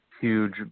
huge